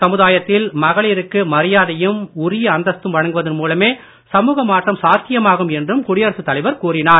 சமுதாயத்தில் மகளிருக்கு மரியாதையும் உரிய அந்தஸ்தும் வழங்குவதன் மூலமே சமூக மாற்றம் சாத்தியமாகும் என்றும் குடியரசுத் தலைவர் கூறினார்